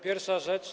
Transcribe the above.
Pierwsza rzecz.